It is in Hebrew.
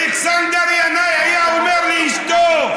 אלכסנדר ינאי היה אומר לאשתו: